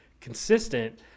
consistent